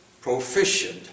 proficient